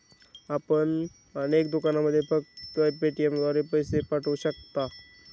आपण अनेक दुकानांमध्ये फक्त पेटीएमद्वारे पैसे पाठवू शकता